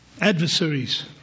Adversaries